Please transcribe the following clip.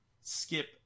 skip